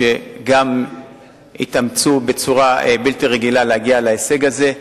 שגם התאמצו בצורה בלתי רגילה להגיע להישג הזה,